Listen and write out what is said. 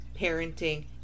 parenting